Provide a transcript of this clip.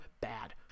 bad